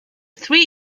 three